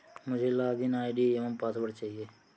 मुझें login ID एवं password चाहिए